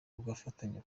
mugafatanya